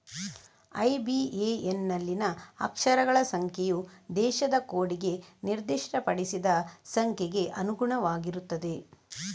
IBAN ನಲ್ಲಿನ ಅಕ್ಷರಗಳ ಸಂಖ್ಯೆಯು ದೇಶದ ಕೋಡಿಗೆ ನಿರ್ದಿಷ್ಟಪಡಿಸಿದ ಸಂಖ್ಯೆಗೆ ಅನುಗುಣವಾಗಿರುತ್ತದೆ